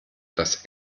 das